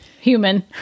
human